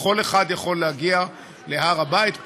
וכל אחד יכול להגיע להר הבית,